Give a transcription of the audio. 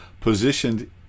positioned